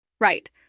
Right